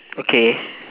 okay